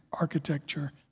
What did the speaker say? architecture